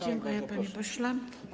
Dziękuję, panie pośle.